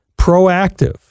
Proactive